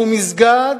כל מסגד שהוא מסגד.